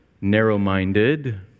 narrow-minded